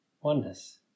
Oneness